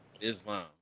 Islam